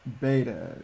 beta